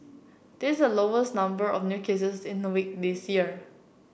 this is the lowest number of new cases in a week this year